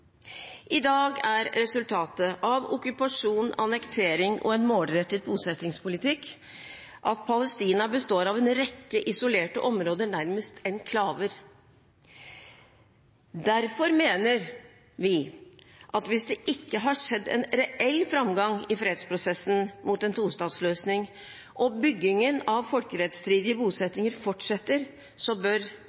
I dag er resultatet av okkupasjon, annektering og en målrettet bosettingspolitikk at Palestina består av en rekke isolerte områder – nærmest enklaver. Derfor mener vi at hvis det ikke har skjedd en reell framgang i fredsprosessen mot en tostatsløsning og byggingen av folkerettsstridige bosettinger fortsetter, bør